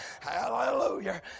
hallelujah